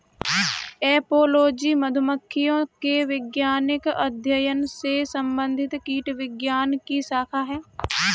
apiology मधुमक्खियों के वैज्ञानिक अध्ययन से संबंधित कीटविज्ञान की शाखा है